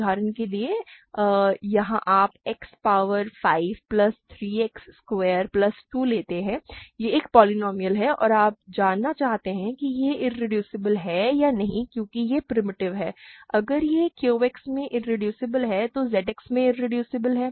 उदाहरण के लिए यहां आप X power 5 plus 3 X square plus 2 लेते हैं यह एक पोलीनोमिअल है और आप जानना चाहते हैं कि यह इरेड्यूसिबल है या नहीं क्योंकि यह प्रिमिटिव है अगर यह QX में इरेड्यूसिबल है तो ZX में इरेड्यूसिबल है